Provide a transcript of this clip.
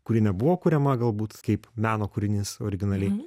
kuri nebuvo kuriama galbūt kaip meno kūrinys originaliai